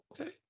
Okay